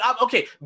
okay